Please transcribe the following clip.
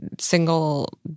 single